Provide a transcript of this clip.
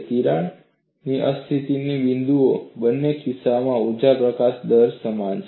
તિરાડ અસ્થિરતાના બિંદુએ બંને કિસ્સાઓમાં ઊર્જા પ્રકાશન દર સમાન છે